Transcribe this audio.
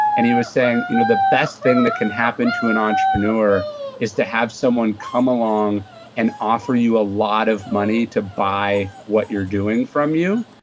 and he was saying you know the best thing that can happen to an entrepreneur is to have someone come along and offer you a lot of money to buy what you're doing from you,